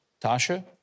Tasha